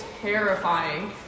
terrifying